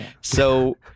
So-